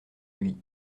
lui